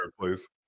please